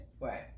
Right